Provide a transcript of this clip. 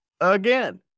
again